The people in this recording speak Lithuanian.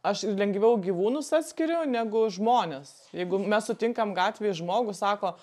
aš lengviau gyvūnus atskiriu negu žmones jeigu mes sutinkam gatvėj žmogų sako